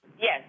Yes